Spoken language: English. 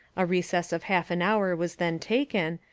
a recess of half an hour was then taken,